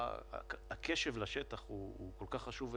הקשב לשטח הוא כל כך חשוב,